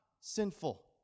sinful